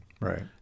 right